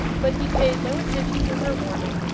but he paid no attention to her warning.